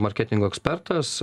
marketingo ekspertas